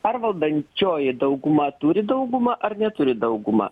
ar valdančioji dauguma turi daugumą ar neturi daugumą